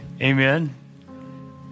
Amen